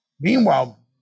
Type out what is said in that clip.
Meanwhile